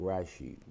Rashi